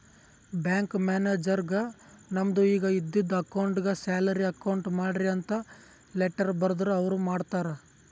bank ಮ್ಯಾನೇಜರ್ಗ್ ನಮ್ದು ಈಗ ಇದ್ದಿದು ಅಕೌಂಟ್ಗ್ ಸ್ಯಾಲರಿ ಅಕೌಂಟ್ ಮಾಡ್ರಿ ಅಂತ್ ಲೆಟ್ಟರ್ ಬರ್ದುರ್ ಅವ್ರ ಮಾಡ್ತಾರ್